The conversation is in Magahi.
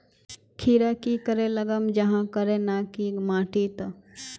खीरा की करे लगाम जाहाँ करे ना की माटी त?